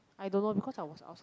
I don't know because I was outside